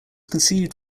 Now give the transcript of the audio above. conceived